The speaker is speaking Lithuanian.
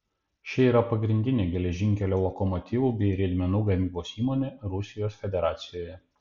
ši yra pagrindinė geležinkelio lokomotyvų bei riedmenų gamybos įmonė rusijos federacijoje